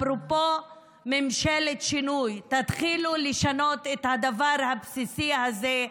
אפרופו ממשלת שינוי תתחילו לשנות את הדבר הבסיסי הזה,